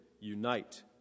unite